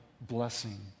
blessing